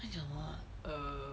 怎么 err